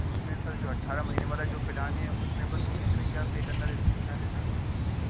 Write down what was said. اس میں سر جو اٹھارہ مہینے والا جو پلان ہے اس میں اپن کو کتنے کیا پے کرنا رہتے ہیں کیا رہتا ہے اس میں